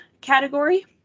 category